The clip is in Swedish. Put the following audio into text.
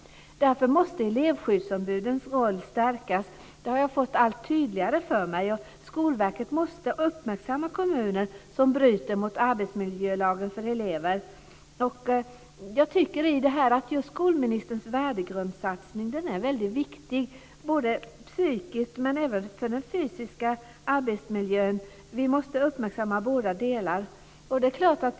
Elevskyddsombudens roll måste därför stärkas. Det har jag fått allt tydligare klart för mig. Skolverket måste uppmärksamma kommuner som bryter mot arbetsmiljölagen för elever. Jag tycker att skolministerns värdegrundssatsning är väldigt viktig. Det gäller den psykiska arbetsmiljön men även den fysiska arbetsmiljön. Vi måste uppmärksamma båda delarna.